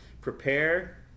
prepare